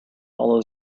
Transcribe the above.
all